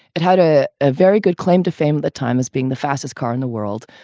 it had a ah very good claim to fame the time as being the fastest car in the world.